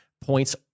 points